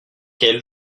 quel